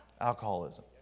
alcoholism